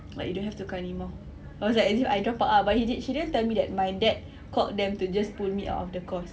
like you don't have to come anymore I was like as if I dropped out ah but he did~ she didn't tell me that my dad called them to just pull me out of the course